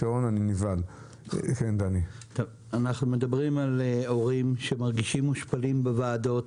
אנחנו מדברים על הורים שמרגישים מושפלים בוועדות.